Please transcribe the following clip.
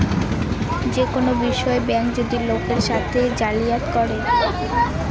যে কোনো বিষয়ে ব্যাঙ্ক যদি লোকের সাথে জালিয়াতি করে